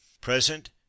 Present